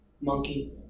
monkey